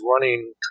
running